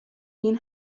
این